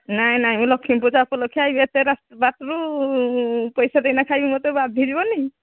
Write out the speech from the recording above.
ନାଇଁ ନାଇଁ ମୁଁ ଲକ୍ଷ୍ମୀପୂଜା ଉପଲକ୍ଷ ବାସରୁ ପଇସା ଦେଇନା ଖାଇବି ମୋତେ ବାଧିବନି